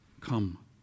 come